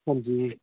ਹਾਂਜੀ